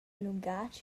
lungatg